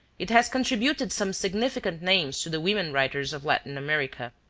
it has contributed some significant names to the women writers of latin america.